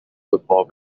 football